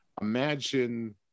imagine